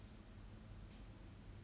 what 他 post 在他的 private 上面